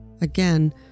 Again